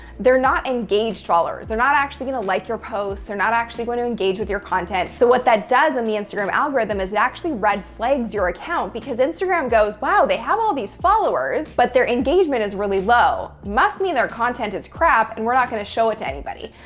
they're not engaged followers. they're not actually going to like your posts. they're not actually going to engage with your content. so, what that does in the instagram algorithm is actually red flags your account because instagram goes, wow, they have all these followers, but their engagement is really low. must mean their content is crap, and we're not going to show it to anybody.